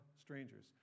strangers